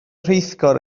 rheithgor